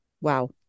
Wow